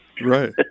right